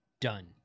done